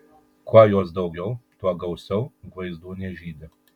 kuo jos daugiau tuo gausiau gvaizdūnės žydi